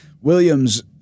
Williams